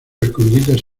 escondites